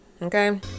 Okay